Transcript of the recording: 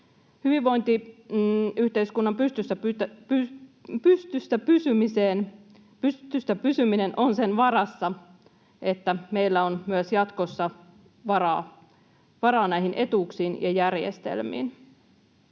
Hyvinvointiyhteiskunnan pystyssä pysyminen on sen varassa, että meillä on myös jatkossa varaa näihin etuuksiin ja järjestelmiin.